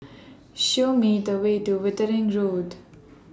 Show Me The Way to Wittering Road